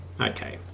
Okay